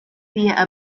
via